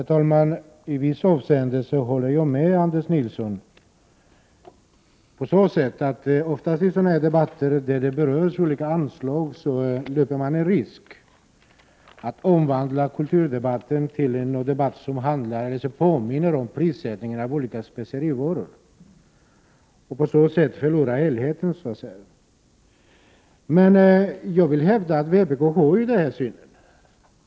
Herr talman! I vissa avseenden håller jag med Anders Nilsson: I sådana här debatter, där olika anslag berörs, löper man en risk att omvandla kulturdebatten till en debatt som påminner om prissättningen av olika specerivaror och på så sätt förlora helheten. Men jag vill hävda att vpk har en helhetssyn.